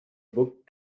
book